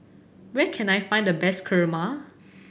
where can I find the best Kurma